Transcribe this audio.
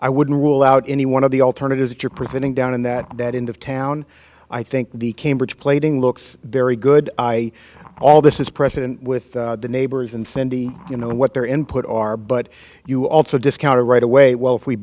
i wouldn't rule out any one of the alternatives that you're preventing down in that end of town i think the cambridge plaiting looks very good i all this is president with the neighbors and cindy you know and what their input are but you also discount it right away well if we